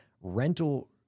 rental